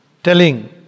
Telling